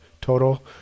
total